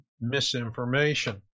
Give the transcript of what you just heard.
misinformation